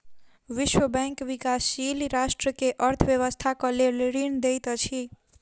विश्व बैंक विकाशील राष्ट्र के अर्थ व्यवस्थाक लेल ऋण दैत अछि